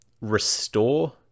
restore